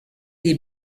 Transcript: des